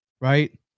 right